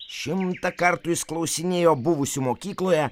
šimtą kartų jis klausinėjo buvusių mokykloje